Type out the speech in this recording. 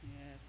Yes